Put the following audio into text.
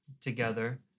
together